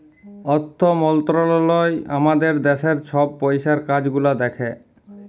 অথ্থ মলত্রলালয় আমাদের দ্যাশের ছব পইসার কাজ গুলা দ্যাখে